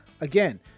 Again